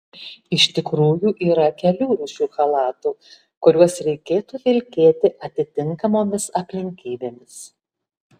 iš tikrųjų yra kelių rūšių chalatų kuriuos reikėtų vilkėti atitinkamomis aplinkybėmis